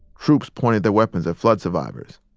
troops pointed their weapons at flood survivors.